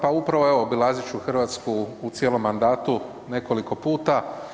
Pa upravo evo obilazit ću Hrvatsku u cijelom mandatu nekoliko puta.